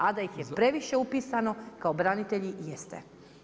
A da ih je previše upisano, kao branitelji, jeste.